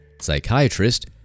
psychiatrist